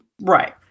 Right